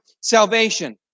salvation